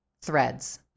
threads